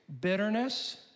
Bitterness